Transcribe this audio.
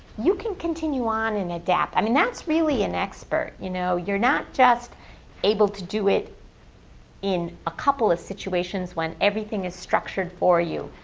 you can continue on and adapt. i mean, that's really an expert. you know you're not just able to do it in a couple of situations when everything is structured for you.